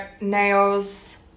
nails